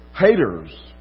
haters